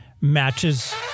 matches